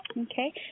Okay